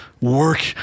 work